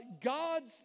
God's